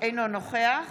אינו נוכח